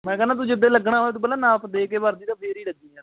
ਮੈਂ ਕਹਿੰਦਾ ਤੂੰ ਜਦੋਂ ਲੱਗਣਾ ਹੋਇਆ ਤੂੰ ਪਹਿਲਾਂ ਨਾਪ ਦੇ ਕੇ ਵਰਦੀ ਦਾ ਫਿਰ ਹੀ ਲੱਗੀ ਯਾਰ